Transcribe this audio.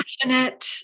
passionate